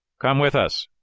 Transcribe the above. come with us!